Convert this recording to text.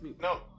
No